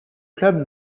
club